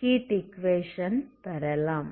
heat equation பெறலாம்